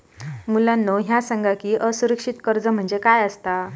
मुलांनो ह्या सांगा की असुरक्षित कर्ज म्हणजे काय आसता?